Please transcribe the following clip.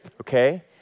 Okay